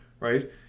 Right